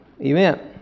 Event